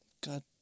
God